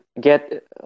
get